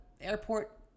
airport